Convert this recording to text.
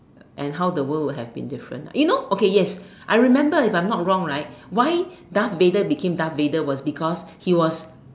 and how the world would have be different ah you know okay yes I remember if I'm not wrong right why Darth-Vader become Darth-Vader was because he was